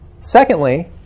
Secondly